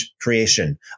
creation